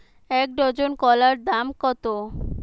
এক ডজন কলার দাম কত?